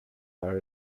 are